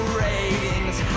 rating's